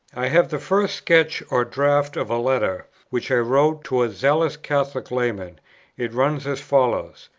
i have the first sketch or draft of a letter, which i wrote to a zealous catholic layman it runs as follows,